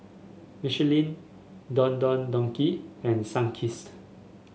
Michelin Don Don Donki and Sunkist